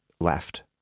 left